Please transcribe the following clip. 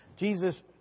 Jesus